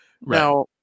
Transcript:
Now